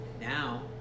now